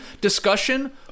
discussion